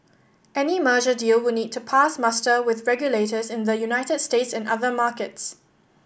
any merger deal would need to pass muster with regulators in the United States and other markets